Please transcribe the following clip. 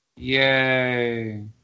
Yay